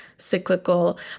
cyclical